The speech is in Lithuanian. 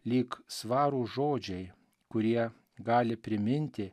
lyg svarūs žodžiai kurie gali priminti